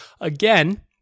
Again